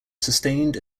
sustained